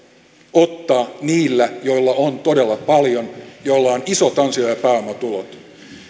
ottaa niiltä joilla on todella paljon joilla on isot ansio ja pääomatulot